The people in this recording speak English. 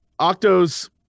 Octo's